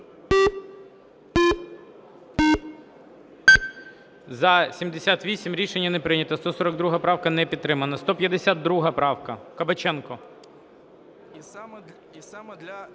За-78 Рішення не прийнято. 142 правка не підтримана. 152 правка, Кабаченко.